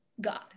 God